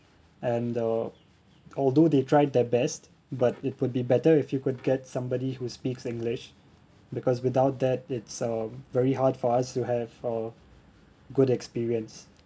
and uh although they tried their best but it would be better if you could get somebody who speaks english because without that it's um very hard for us to have a good experience